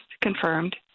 confirmed